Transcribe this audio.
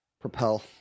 Propel